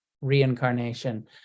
reincarnation